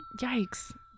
Yikes